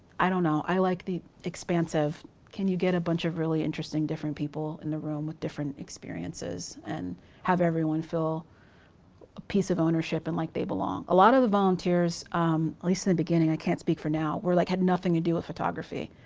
i don't know, i like the expansive can you get a bunch of really interesting different people in the room with different experiences and have everyone feel a piece of ownership and like they belong. a lot of the volunteers, at least in the beginning, i can't speak for now, were like, had nothing to do with photography.